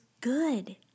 good